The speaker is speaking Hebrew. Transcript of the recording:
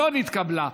לא נתקבלה.